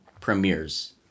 premieres